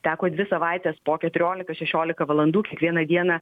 teko dvi savaites po keturiolika šešiolika valandų kiekvieną dieną